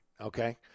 okay